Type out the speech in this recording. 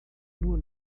nur